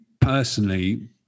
personally